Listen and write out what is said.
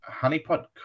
Honeypot